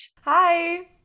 Hi